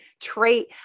trait